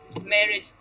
marriage